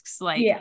like-